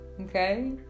Okay